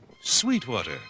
Sweetwater